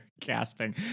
gasping